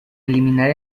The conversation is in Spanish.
eliminar